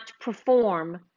perform